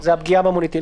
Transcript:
זה הפגיעה במוניטין.